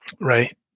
Right